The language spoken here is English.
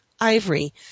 ivory